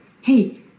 hey